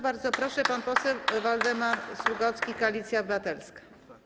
Bardzo proszę, pan poseł Waldemar Sługocki, Koalicja Obywatelska.